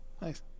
Nice